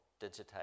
digitized